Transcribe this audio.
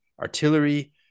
artillery